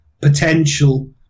potential